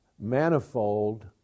manifold